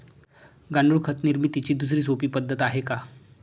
गांडूळ खत निर्मितीची दुसरी सोपी पद्धत आहे का?